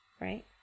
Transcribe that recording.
Right